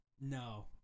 No